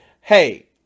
hey